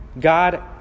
God